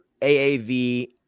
AAV